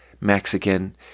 Mexican